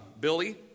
Billy